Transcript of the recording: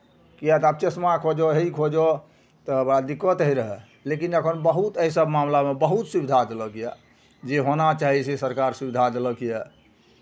किएक तऽ आब चश्मा खोजह हे ई खोजह तऽ बड़ा दिक्कत होइत रहए लेकिन एखन बहुत इसभ मामिलामे बहुत सुविधा देलक यए जे होना चाही से सरकार सुविधा देलक यए